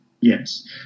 Yes